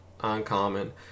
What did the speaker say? uncommon